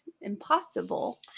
impossible